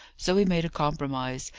so we made a compromise,